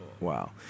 wow